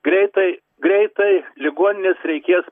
greitai greitai ligonines reikės